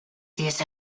this